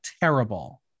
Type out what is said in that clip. terrible